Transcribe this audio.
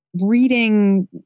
Reading